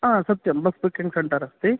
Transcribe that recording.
आ सत्यं bus booking centre अस्ति